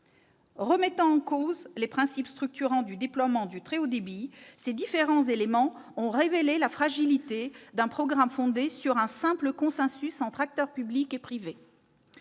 Remettant en cause les principes structurants du déploiement du très haut débit, ces différents éléments ont révélé la fragilité d'un programme fondé sur un simple consensus entre acteurs publics et privés.